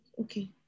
Okay